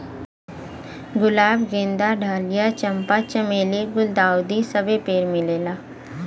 गुलाब गेंदा डहलिया चंपा चमेली गुल्दाउदी सबे पेड़ मिलेला